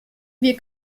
wir